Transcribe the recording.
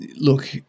look